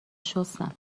شستم